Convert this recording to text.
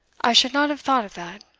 i should not have thought of that.